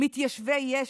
מתיישבי יש"ע.